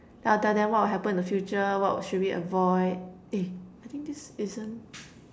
then I'll tell them what will happen in the future what should we avoid eh I think this isn't